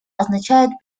означает